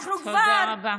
תודה רבה.